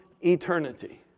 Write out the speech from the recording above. eternity